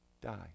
Die